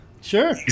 Sure